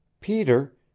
Peter